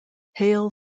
hail